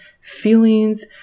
feelings